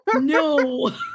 No